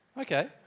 Okay